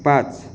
पाँच